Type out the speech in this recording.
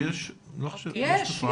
אני לא חושב שזאת תופעה.